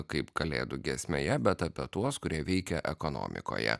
kaip kalėdų giesmėje bet apie tuos kurie veikia ekonomikoje